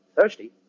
Thirsty